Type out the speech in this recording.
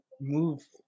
move